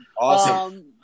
Awesome